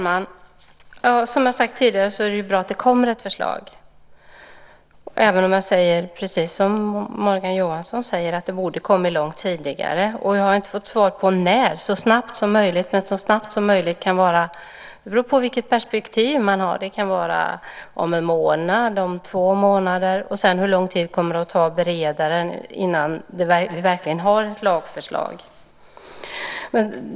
Fru talman! Som jag sagt tidigare är det bra att det kommer ett förslag, även om det, precis som Morgan Johansson säger, borde ha kommit långt tidigare. Jag har inte fått svar på när. Han säger så snabbt som möjligt, men så snabbt som möjligt beror på vilket perspektiv man har. Det kan vara om en månad eller om två månader. Sedan vet vi inte hur lång tid det kommer att ta att bereda det innan vi verkligen har ett lagförslag.